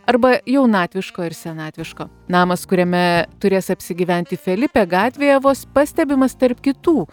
arba jaunatviško ir senatviško namas kuriame turės apsigyventi felipė gatvėje vos pastebimas tarp kitų